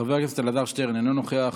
חבר הכנסת אלעזר שטרן, אינו נוכח,